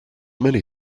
many